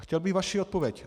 Chtěl bych vaši odpověď.